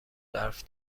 برف